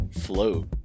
float